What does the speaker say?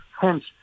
Hence